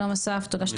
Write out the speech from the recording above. שלום אסף תודה שאתה פה.